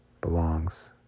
belongs